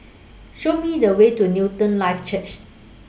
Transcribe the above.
Show Me The Way to Newton Life Church